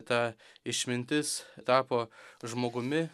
ta išmintis tapo žmogumi